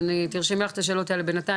תרשמי לך את השאלות האלה בינתיים.